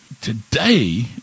Today